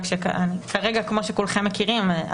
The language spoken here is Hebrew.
כרגע, כמו שכולכם מכירים,